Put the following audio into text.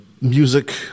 music